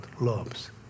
loves